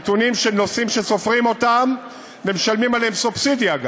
נתונים של נוסעים שסופרים אותם וגם משלמים עליהם סובסידיה.